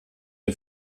der